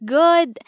good